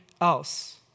else